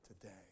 today